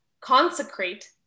consecrate